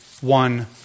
one